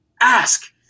ask